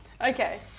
Okay